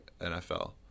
NFL